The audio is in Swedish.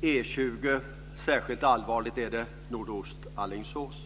På E 20 är situationen särskilt allvarlig nordost om Alingsås.